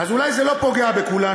אז אולי זה לא פוגע בכולנו,